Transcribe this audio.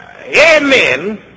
Amen